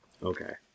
Okay